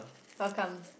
how come